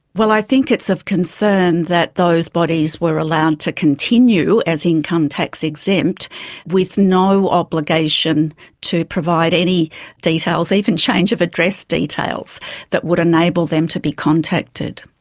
well, i think it's of concern that those bodies were allowed to continue as income tax exempt with no obligation to provide any details, even change of address details that would enable them to be contacted.